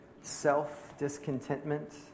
self-discontentment